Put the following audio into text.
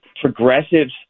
progressives